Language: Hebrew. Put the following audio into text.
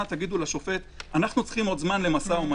תגידו לשופט: אנחנו צריכים עוד זמן למשא ומתן,